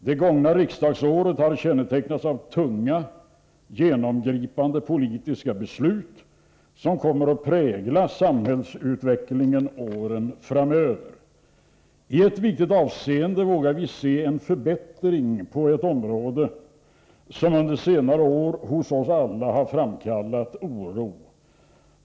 Det gångna riksdagsåret har kännetecknats av tunga, genomgripande politiska beslut, som kommer att prägla samhällsutvecklingen åren framöver. I ett viktigt avseende vågar vi se en förbättring på ett område, som under senare år hos oss alla framkallat oro.